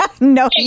No